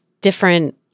different